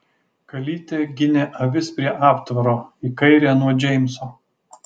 kalytė ginė avis prie aptvaro į kairę nuo džeimso